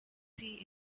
see